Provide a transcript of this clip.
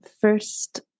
first